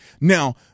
Now